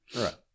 Right